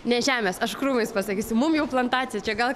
ne žemės aš krūmais pasakysiu mum jau plantacija čia gal